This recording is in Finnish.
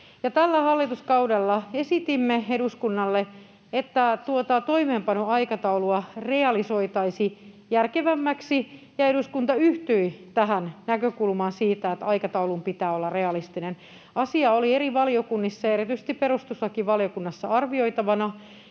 tällä hallituskaudella esitimme eduskunnalle, että tuota toimeenpanoaikataulua realisoitaisiin järkevämmäksi, ja eduskunta yhtyi tähän näkökulmaan siitä, että aikataulun pitää olla realistinen. Asia oli eri valiokunnissa ja erityisesti perustuslakivaliokunnassa arvioitavana,